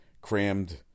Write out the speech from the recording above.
crammed